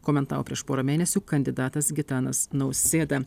komentavo prieš porą mėnesių kandidatas gitanas nausėda